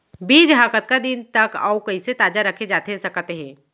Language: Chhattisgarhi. बीज ह कतका दिन तक अऊ कइसे ताजा रखे जाथे सकत हे?